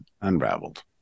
unraveled